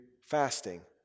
fasting